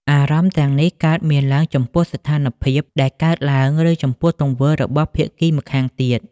អារម្មណ៍ទាំងនេះកើតមានឡើងចំពោះស្ថានភាពដែលកើតឡើង ឬចំពោះទង្វើរបស់ភាគីម្ខាងទៀត។